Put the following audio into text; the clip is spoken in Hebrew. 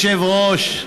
אדוני היושב-ראש,